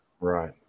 right